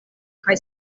kaj